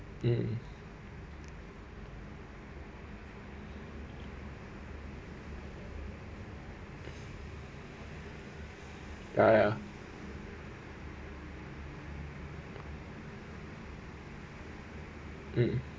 mm ya ya mm